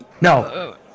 no